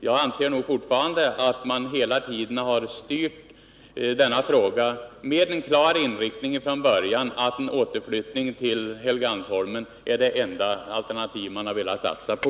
Jag anser fortfarande att denna fråga hela tiden har styrts med den klara inriktningen att en återflyttning till Helgeandsholmen är det enda alternativ som man har velat satsa på.